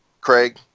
craig